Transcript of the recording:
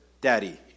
Daddy